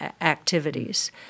activities